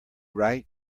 right